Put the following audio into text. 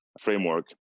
framework